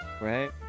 right